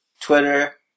Twitter